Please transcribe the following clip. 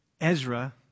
Ezra